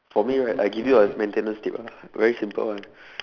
for me right I give you a maintenance tip lah very simple one